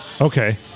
Okay